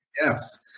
Yes